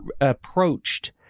approached